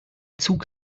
zug